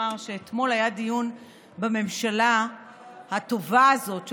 שאתמול היה דיון בממשלה הטובה הזאת,